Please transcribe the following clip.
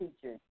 teachers